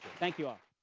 thank you, all.